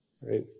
right